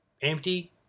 empty